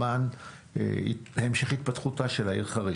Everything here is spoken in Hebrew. למען המשך התפתחותה של העיר חריש.